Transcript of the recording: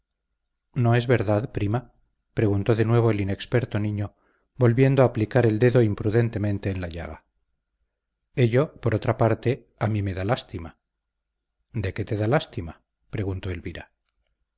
no es verdad prima preguntó de nuevo el inexperto niño volviendo a aplicar el dedo imprudentemente en la llaga ello por otra parte a mí me da lástima qué te da lástima preguntó elvira